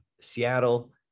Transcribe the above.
Seattle